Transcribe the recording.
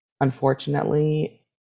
unfortunately